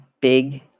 big